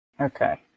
Okay